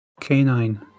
canine